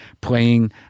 playing